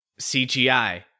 CGI